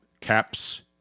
caps